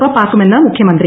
ഉറപ്പാക്കുമെന്ന് മുഖ്യമന്ത്രി